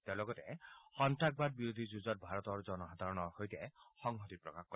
তেওঁ লগতে সন্তাসবাদ বিৰোধী যুঁজত ভাৰতৰ জনসাধাৰণৰ সৈতে সংহতি প্ৰকাশ কৰে